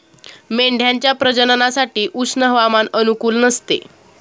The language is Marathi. मेंढ्यांच्या प्रजननासाठी उष्ण हवामान अनुकूल नसते